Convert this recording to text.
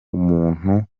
umuntu